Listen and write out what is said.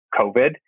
COVID